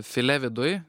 filė viduj